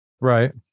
Right